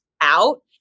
out